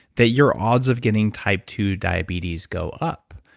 that your odds of getting type two diabetes go up